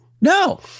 No